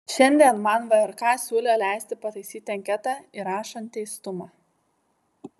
šiandien man vrk siūlė leisti pataisyti anketą įrašant teistumą